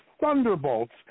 Thunderbolts